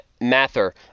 Mather